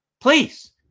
please